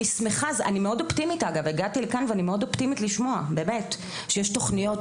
אני מאוד אופטימית לשמוע שיש תוכניות,